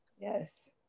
yes